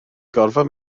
gorfod